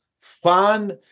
fun